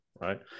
right